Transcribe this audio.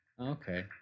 Okay